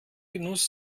genuss